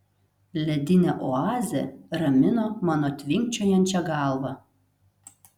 ledinė oazė ramino mano tvinkčiojančią galvą